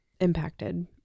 impacted